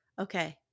Okay